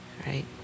right